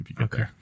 Okay